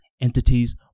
entities